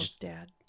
dad